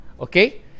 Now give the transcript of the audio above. Okay